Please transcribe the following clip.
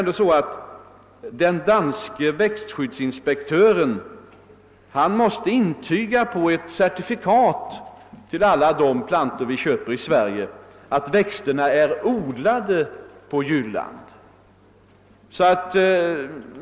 Den danske växtskyddsinspektören måste intyga på ett certifikat till alla de plantor vi köper i Sverige att växterna är odlade på Jylland.